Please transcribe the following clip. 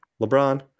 LeBron